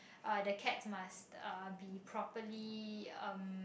uh the cats must uh be properly uh